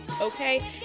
okay